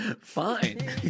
fine